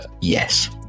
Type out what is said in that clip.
Yes